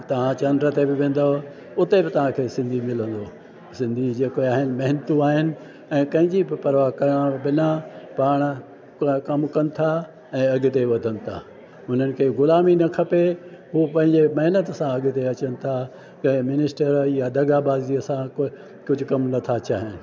तव्हां चंड ते बि वेंदो उते बि तव्हांखे सिंधी मिलंदो सिंधी जेके आहिनि महिनती आहिनि ऐं कंहिंजी बि परवाह करण बिना पाण कमु कनि था ऐं अगिते वधनि था उन्हनि खे ग़ुलामी न खपे उहे पंहिंजे महिनत सां अॻिते अचनि था कंहिं मिनिस्टर या दगाबाज़ीअ सां कोई कुझु कमु नथा चाहिनि